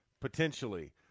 potentially